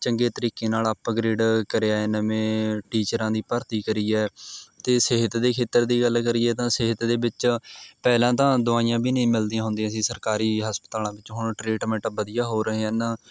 ਚੰਗੇ ਤਰੀਕੇ ਨਾਲ਼ ਅਪਗ੍ਰੇਡ ਕਰਿਆ ਨਵੇਂ ਟੀਚਰਾਂ ਦੀ ਭਰਤੀ ਕਰੀ ਹੈ ਅਤੇ ਸਿਹਤ ਦੇ ਖੇਤਰ ਦੀ ਗੱਲ ਕਰੀਏ ਤਾਂ ਸਿਹਤ ਦੇ ਵਿੱਚ ਪਹਿਲਾਂ ਤਾਂ ਦਵਾਈਆਂ ਵੀ ਨਹੀਂ ਮਿਲਦੀਆਂ ਹੁੰਦੀਆਂ ਸੀ ਸਰਕਾਰੀ ਹਸਪਤਾਲਾਂ ਵਿੱਚ ਹੁਣ ਟ੍ਰੀਟਮੈਂਟ ਵਧੀਆ ਹੋ ਰਹੇ ਹਨ